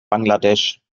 bangladesch